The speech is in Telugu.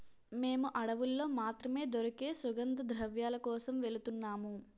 మేము అడవుల్లో మాత్రమే దొరికే సుగంధద్రవ్యాల కోసం వెలుతున్నాము